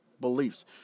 beliefs